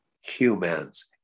humans